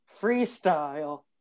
Freestyle